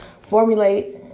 formulate